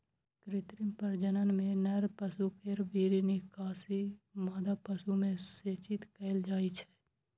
कृत्रिम प्रजनन मे नर पशु केर वीर्य निकालि मादा पशु मे सेचित कैल जाइ छै